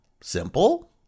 Simple